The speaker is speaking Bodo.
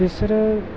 बिसोरो